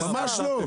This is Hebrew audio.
ממש לא.